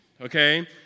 okay